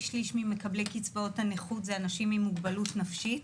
שליש ממקבלי קצבאות הנכות זה אנשים עם מוגבלות נפשית.